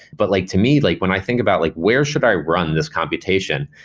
but like to me, like when i think about like where should i run this computation,